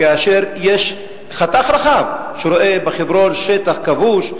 כאשר יש חתך רחב שרואה בחברון שטח כבוש,